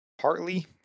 partly